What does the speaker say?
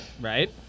Right